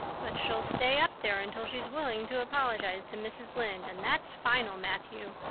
but she'll stay up there until she's willing to apologize to mrs. lynde, and that's final, matthew.